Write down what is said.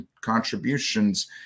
contributions